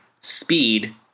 Speed